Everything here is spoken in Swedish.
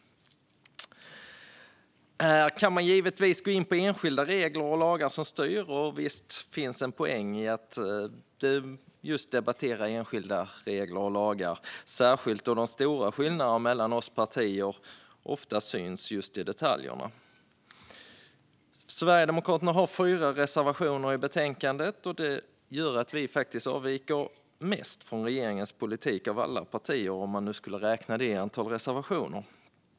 Man kan givetvis gå in på enskilda regler och lagar som styr, och visst finns det en poäng i att debattera just enskilda regler och lagar - särskilt då de stora skillnaderna mellan oss partier ofta syns i just detaljerna. Sverigedemokraterna har fyra reservationer i betänkandet. Det gör att vårt parti avviker mest från regeringens politik, om man nu skulle mäta det utifrån antalet reservationer.